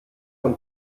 von